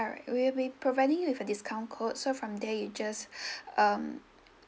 alright we will be providing you with a discount code so from there you just um